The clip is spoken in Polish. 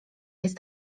jest